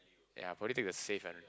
ya I'll probably take the safe ah